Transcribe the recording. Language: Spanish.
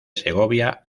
segovia